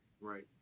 Right